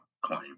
claim